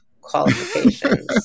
qualifications